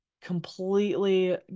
completely